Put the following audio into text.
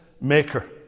maker